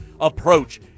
approach